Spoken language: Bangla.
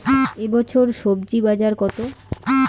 এ বছর স্বজি বাজার কত?